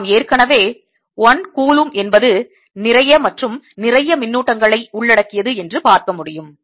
நாம் ஏற்கனவே 1 கூலும் என்பது நிறைய மற்றும் நிறைய மின்னூட்டங்களை உள்ளடக்கியது என்று பார்க்க முடியும்